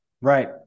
right